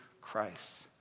Christ